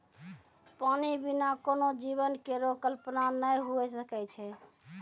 पानी बिना कोनो जीवन केरो कल्पना नै हुए सकै छै?